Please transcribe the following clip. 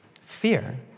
Fear